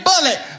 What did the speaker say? bullet